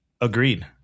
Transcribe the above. Agreed